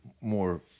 more